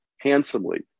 handsomely